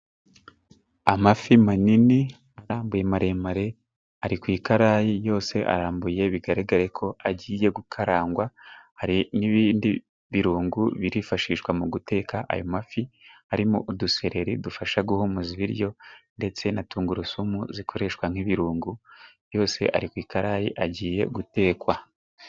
Amafi manini arambuye maremare, ari ku ikarayi yose arambuye, bigaragare ko agiye gukarangwa, hari n'ibindi birungo birifashishwa mu guteka ayo mafi, harimo udusereri dufasha guhumuza ibiryo, ndetse na tungurusumu zikoreshwa nk'ibirungo, byose ari ku ikarayi agiye gutekwa.